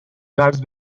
قرض